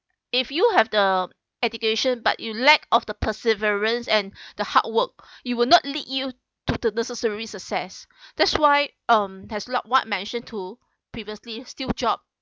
if you have the education but you lack of the perseverance and the hard work it will not lead you to the necessary success that's why um has lot what I mention to previously steve job